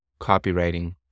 copywriting